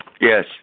Yes